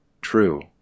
true